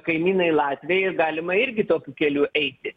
kaimynai latviai ir galima irgi tokiu keliu eiti